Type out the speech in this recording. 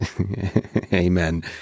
Amen